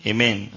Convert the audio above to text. Amen